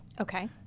Okay